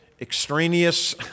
extraneous